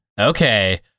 Okay